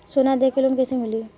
सोना दे के लोन कैसे मिली?